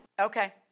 Okay